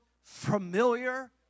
familiar